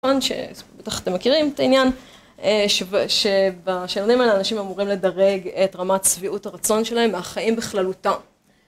שבטח אתם מכירים את העניין, שבשאלונים האלה אנשים אמורים לדרג את רמת שביעות הרצון שלהם מהחיים בכללותם.